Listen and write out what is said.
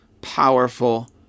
powerful